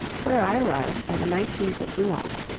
where i arrived on the nineteenth of july.